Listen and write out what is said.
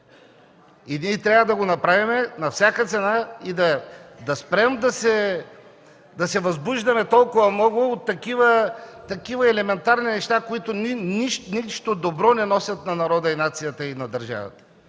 Ние трябва да го направим на всяка цена. Да спрем да се възбуждаме толкова много от такива елементарни неща, които нищо добро не носят на народа, нацията и държавата.